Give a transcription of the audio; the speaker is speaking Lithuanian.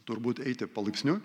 turbūt eiti palaipsniui